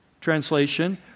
translation